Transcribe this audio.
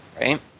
right